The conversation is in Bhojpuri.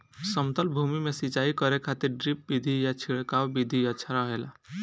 समतल भूमि में सिंचाई करे खातिर ड्रिप विधि या छिड़काव विधि अच्छा रहेला?